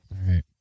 right